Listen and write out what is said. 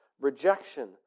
rejection